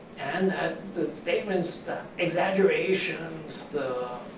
and that, the statements, the exaggerations, the